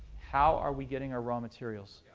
how are we getting our raw materials?